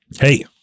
hey